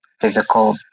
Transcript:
physical